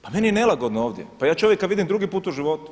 Pa meni je nelagodno ovdje, pa ja čovjeka vidim drugi put u životu.